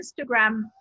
Instagram